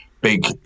big